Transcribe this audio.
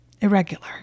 irregular